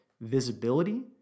visibility